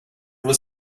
was